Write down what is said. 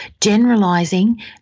generalizing